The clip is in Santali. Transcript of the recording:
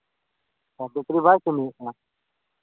ᱚ ᱵᱮᱴᱨᱤ ᱵᱟᱭ ᱠᱟᱹᱢᱤᱭᱮᱫ ᱠᱟᱱᱟ